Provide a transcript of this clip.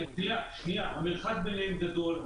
המרחק ביניהם גדול,